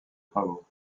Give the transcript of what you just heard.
travaux